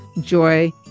joy